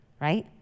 right